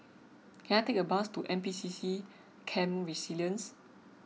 can I take a bus to N P C C Camp Resilience